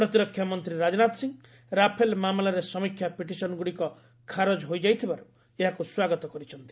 ପ୍ରତିରକ୍ଷା ମନ୍ତ୍ରୀ ରାଜନାଥ ସିଂହ ରାଫେଲ ମାମଲାରେ ସମୀକ୍ଷା ପିଟିସନ୍ଗୁଡ଼ିକ ଖାରଜ ହୋଇଯାଇଥିବାରୁ ଏହାକୁ ସ୍ୱାଗତ କରିଛନ୍ତି